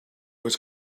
was